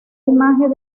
imagen